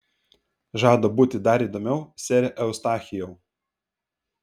žada būti dar įdomiau sere eustachijau